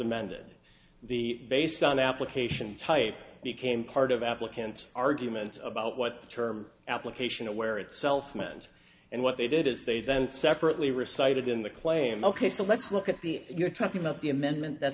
amended the based on the application type became part of applicants argument about what the term application aware itself meant and what they did is they then separately recited in the claim ok so let's look at the you're talking about the amendment that